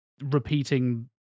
repeating